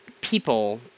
people